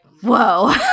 whoa